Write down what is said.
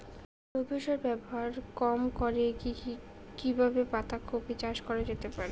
জৈব সার ব্যবহার কম করে কি কিভাবে পাতা কপি চাষ করা যেতে পারে?